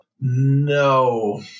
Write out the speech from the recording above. No